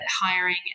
hiring